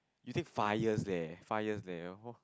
you take five years leh five years leh